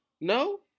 No